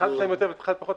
אחד משלם יותר ואחד פחות,